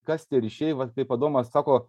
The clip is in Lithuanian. kas tie ryšiai vat kaip adomas sako